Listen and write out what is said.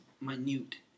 minute